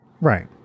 Right